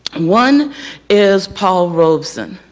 one is paul robeson,